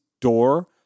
door